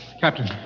Captain